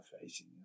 facing